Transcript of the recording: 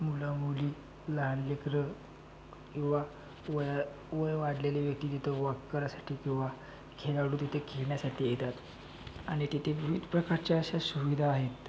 मुलं मुली लहान लेकरं युवा वया वय वाढलेले व्यक्ती जिथं वॉक करायसाठी किंवा खेळाडू तिथे खेळण्यासाठी येतात आणि तिथे विविध प्रकारच्या अशा सुविधा आहेत